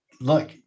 look